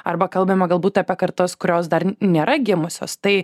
arba kalbama galbūt apie kartas kurios dar nėra gimusios tai